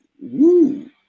woo